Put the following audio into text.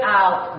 out